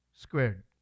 squared